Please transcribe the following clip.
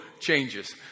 changes